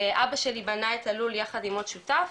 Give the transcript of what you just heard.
אבא שלי בנה את הלול יחד עם עוד שותף,